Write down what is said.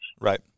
Right